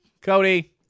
Cody